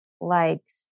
likes